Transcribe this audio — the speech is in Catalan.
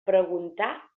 preguntar